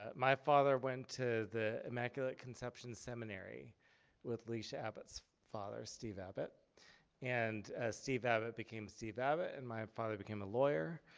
ah my father went to the immaculate conception seminary with alysia abbott's father steve abbott and steve abbott became steve abbott and my father became a lawyer.